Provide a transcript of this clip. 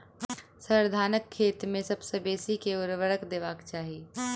sir, धानक खेत मे सबसँ बेसी केँ ऊर्वरक देबाक चाहि